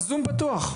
הזום פתוח.